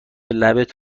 لبت